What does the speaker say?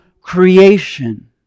creation